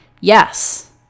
Yes